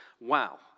Wow